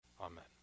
amen